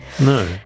No